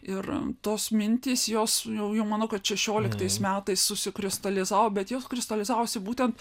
ir tos mintys jos jau jau manau kad šešioliktais metais susikristalizavo bet jos kristalizavosi būtent